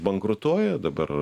bankrutuoja dabar